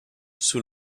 sous